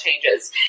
changes